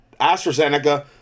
AstraZeneca